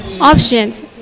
options